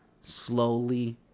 slowly